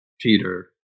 Peter